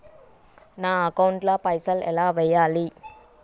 నా అకౌంట్ ల పైసల్ ఎలా వేయాలి?